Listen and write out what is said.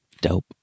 Dope